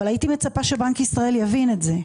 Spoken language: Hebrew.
אבל הייתי מצפה שבנק ישראל יבין את זה.